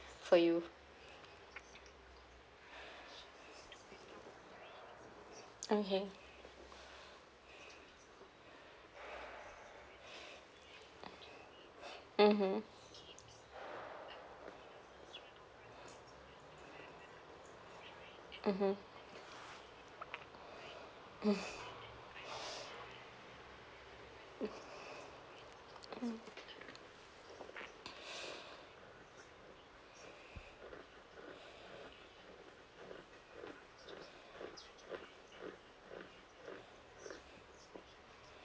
for you okay mmhmm mmhmm mm mm